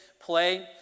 play